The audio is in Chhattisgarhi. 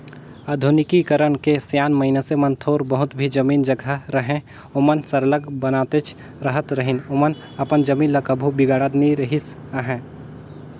आधुनिकीकरन के सियान मइनसे मन थोर बहुत भी जमीन जगहा रअहे ओमन सरलग बनातेच रहत रहिन ओमन अपन जमीन ल कभू बिगाड़त नी रिहिस अहे